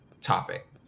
topic